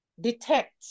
detect